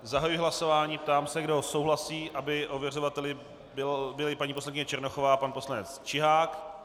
Zahajuji hlasování, ptám se, kdo souhlasí, aby ověřovateli byli paní poslankyně Černochová a pan poslanec Čihák.